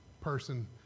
person